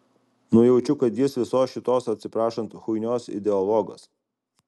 nujaučiu kad jis visos šitos atsiprašant chuinios ideologas